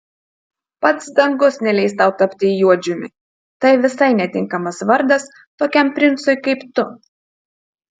pats dangus neleis tau tapti juodžiumi tai visai netinkamas vardas tokiam princui kaip tu